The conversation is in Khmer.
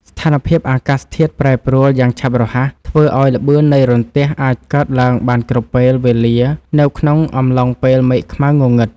ស្ថានភាពអាកាសធាតុប្រែប្រួលយ៉ាងឆាប់រហ័សធ្វើឱ្យល្បឿននៃរន្ទះអាចកើតឡើងបានគ្រប់ពេលវេលានៅក្នុងអំឡុងពេលមេឃខ្មៅងងឹត។